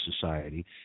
society